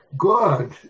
God